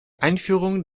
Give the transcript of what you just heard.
einführung